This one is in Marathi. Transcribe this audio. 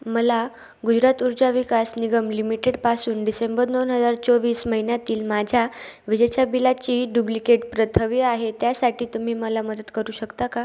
मला गुजरात ऊर्जा विकास निगम लिमिटेडपासून डिसेंबर दोन हजार चोवीस महिन्यातील माझ्या विजेच्या बिलाची डुब्लिकेट प्रत हवी आहे त्यासाठी तुम्ही मला मदत करू शकता का